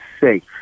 safe